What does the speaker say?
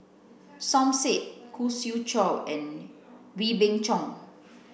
Som Said Khoo Swee Chiow and Wee Beng Chong